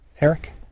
Eric